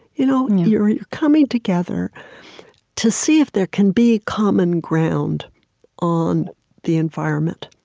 you know you're you're coming together to see if there can be common ground on the environment.